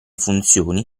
funzioni